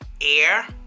air